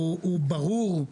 הוא ברור.